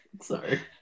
sorry